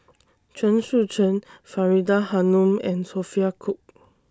Chen Sucheng Faridah Hanum and Sophia Cooke